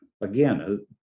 Again